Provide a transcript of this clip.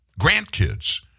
Grandkids